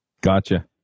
Gotcha